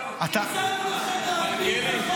--- הצענו לכם להעביר את החוק למועצות המקומיות.